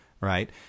right